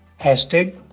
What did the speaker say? hashtag